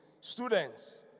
Students